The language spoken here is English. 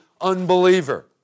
unbeliever